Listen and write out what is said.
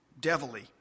devilly